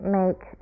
make